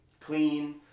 clean